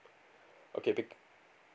okay bec~